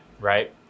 right